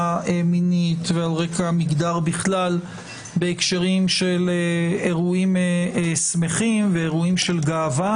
מינית ועל רקע מגדר בכלל בהקשרים של אירועים שמחים ואירועים של גאווה,